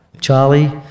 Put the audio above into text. Charlie